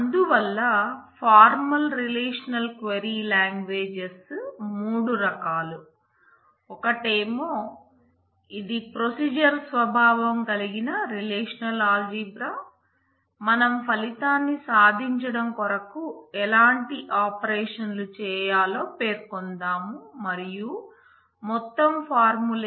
అందువల్ల formal relational query languages పై ఆధారపడి ఉంటుంది